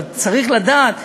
אבל צריך לדעת.